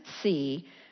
see